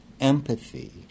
empathy